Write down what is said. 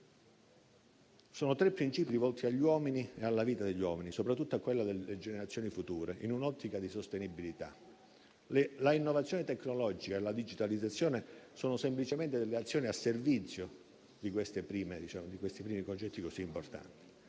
Sono tre princìpi rivolti agli uomini e alla loro vita, soprattutto a quella delle generazioni future in un'ottica di sostenibilità. L'innovazione tecnologica e la digitalizzazione sono semplicemente delle azioni al servizio di questi primi concetti così importanti.